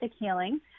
healing